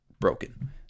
broken